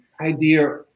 idea